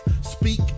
speak